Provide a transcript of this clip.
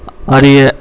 அறிய